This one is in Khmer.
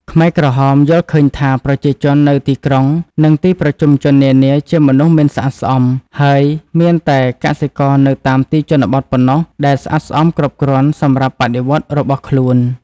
ខ្មែរក្រហមយល់ឃើញថាប្រជាជននៅទីក្រុង និងទីប្រជុំជននានាជាមនុស្សមិនស្អាតស្អំ ហើយមានតែកសិករនៅតាមទីជនបទប៉ុណ្ណោះដែលស្អាតស្អំគ្រប់គ្រាន់សម្រាប់បដិវត្តន៍របស់ខ្លួន។